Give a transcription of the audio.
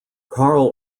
carl